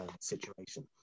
situation